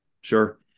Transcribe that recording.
Sure